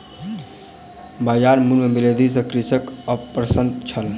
बजार मूल्य में वृद्धि सॅ कृषक अप्रसन्न छल